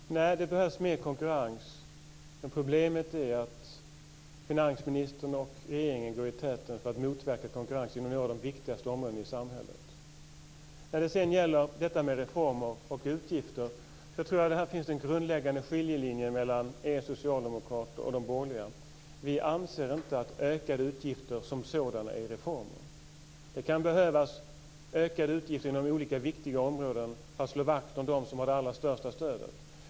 Herr talman! Det behövs mer konkurrens. Men problemet är att finansministern och regeringen går i täten för att motverka konkurrens inom några av de viktigaste områdena i samhället. När det gäller reformer och utgifter finns det en grundläggande skiljelinje mellan er socialdemokrater och de borgerliga. Vi anser inte att ökade utgifter som sådana är reformer. Det kan behövas ökade utgifter inom olika viktiga områden för att slå vakt om de som har det allra största stödet.